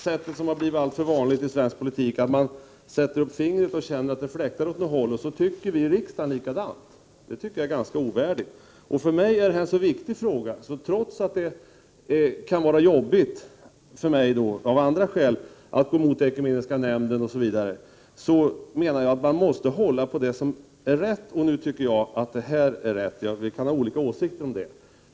Det har blivit alltför vanligt i svensk politik att man sätter upp fingret i luften och känner efter åt vilket håll det fläktar, och sedan tycker vi i riksdagen likadant. Jag anser att det är ganska ovärdigt. För mig är detta en så viktig fråga att jag, trots att det av flera skäl kan vara jobbigt för mig att gå emot ekumeniska nämnden osv., menar att man måste hålla på det som är rätt. Jag tycker att mitt ställningstagande är riktigt, men vi kan ha olika åsikter om det.